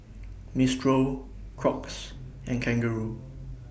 Mistral Crocs and Kangaroo